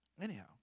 Anyhow